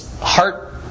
heart